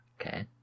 Okay